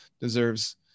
deserves